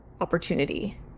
opportunity